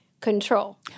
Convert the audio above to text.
control